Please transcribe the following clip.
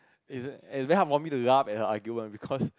it's it's very hard for me to laugh at her argument because